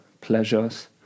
pleasures